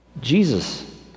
Jesus